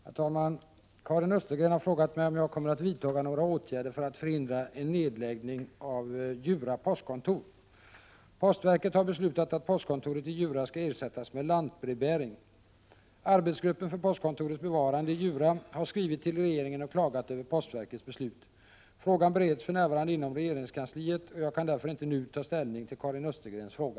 Herr talman! Karin Östergren har frågat mig om jag kommer att vidta några åtgärder för att förhindra en nedläggning av Djura postkontor. Postverket har beslutat att postkontoret i Djura skall ersättas med lantbrevbäring. Arbetsgruppen för postkontorets bevarande i Djura har skrivit till regeringen och klagat över postverkets beslut. Frågan bereds för närvarande inom regeringskansliet, och jag kan därför inte nu ta ställning till Karin Östergrens fråga.